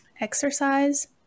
Exercise